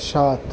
সাত